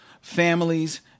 families